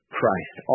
Christ